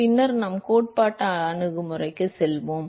பின்னர் நாம் கோட்பாட்டு அணுகுமுறைக்கு செல்வோம்